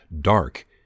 ...dark